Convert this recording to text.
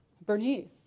Bernice